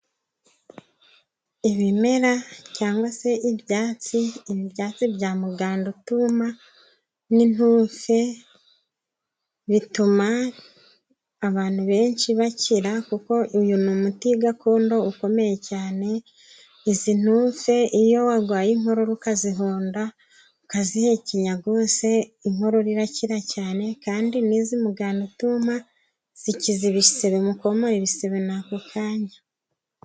Ibimera, cyangwa se ibyatsi, ibyatsi bya mugandutuma n’intufe, bituma abantu benshi bakira, kuko uyu ni umuti gakondo ukomeye cyane. Izi ntufe, iyo warwaye inkorora, ukazihonda, ukazihekenya, rwose inkorora irakira cyane. Kandi n’izi mugandutuma zikiza ibisebe, mukomora ibisebe nako kanya.